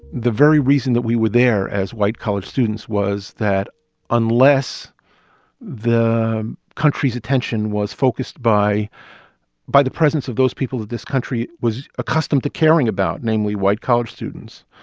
the very reason that we were there as white college students was that unless the country's attention was focused by by the presence of those people that this country was accustomed to caring about, namely white college students,